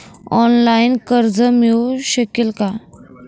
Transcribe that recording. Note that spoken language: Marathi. ऑनलाईन कर्ज मिळू शकेल का?